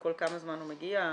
כל כמה זמן הוא מגיע?